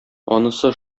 анысы